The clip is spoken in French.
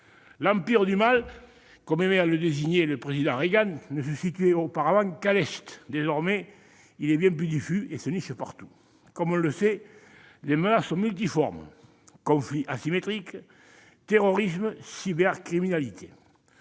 L'« empire du mal », comme aimait à le désigner le président Reagan, ne s'étendait auparavant qu'à l'Est. Désormais, il est bien plus diffus et se niche partout. Comme on le sait, les menaces sont multiformes : conflits asymétriques, terrorisme, cybercriminalité